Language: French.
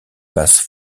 basses